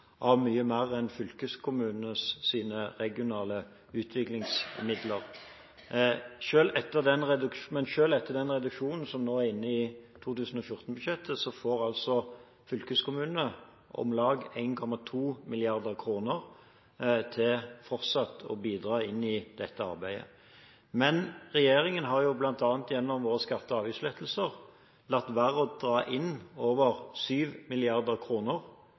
av mye mer enn fylkeskommunenes regionale utviklingsmidler. Men selv etter den reduksjonen som ligger inne i 2014-budsjettet, får fylkeskommunene om lag 1,2 mrd. kr til fortsatt å bidra inn i dette arbeidet. Men regjeringen har bl.a. gjennom sine skatte- og avgiftslettelser latt være å dra inn over